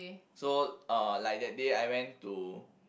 so uh like that day I went to